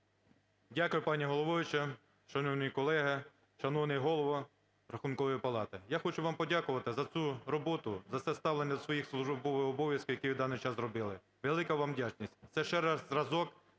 Дякую, пані головуюча. Шановні колеги, шановний голово Рахункової палати, я хочу вам подякувати за цю роботу, за це ставлення до своїх службових обов'язків, які ви в даний час зробили. Велика вам вдячність! Це ще раз зразок